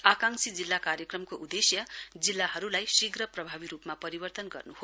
आकांक्षी जिल्ला कार्यक्रमको उदेश्य जिल्लाहरूलाई शीघ्र प्रभावी रूपमा परिवर्तन गर्नु हो